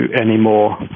anymore